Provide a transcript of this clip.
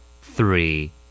Three